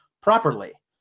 properly